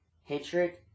hatred